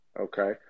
okay